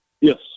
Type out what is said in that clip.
Yes